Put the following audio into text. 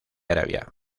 arabia